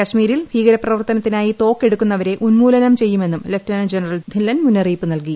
കാശ്മീരിൽ ഭീകരപ്രവർത്തനത്തിനായി തോക്കെടുക്കുന്നവരെ ഉന്മൂലനം ചെയ്യുമെന്നും ലഫ്റ്റനന്റ് ജനറൽ ധില്ലൻ മുന്നറിയിപ്പ് നൽകി